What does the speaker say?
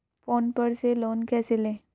Phone पर से loan कैसे लें?